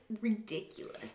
ridiculous